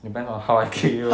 depends on how I kick you